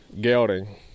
gelding